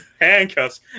handcuffs